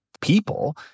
people